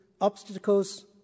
obstacles